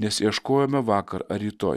nes ieškojome vakar ar rytoj